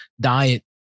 diet